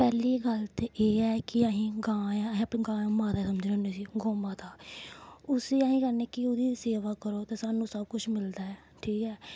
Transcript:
पैह्ली गल्ल ते एह् असें गांऽ अस अपना गांऽ गी माता समझने होन्ने गौ माता उस्सी अस चाह्न्ने कि सेवा करो ते सानूं सब कुछ मिलदा ऐ ठीक ऐ